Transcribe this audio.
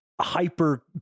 hyper